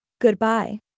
Goodbye